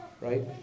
Right